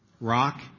rock